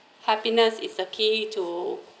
happiness is the key to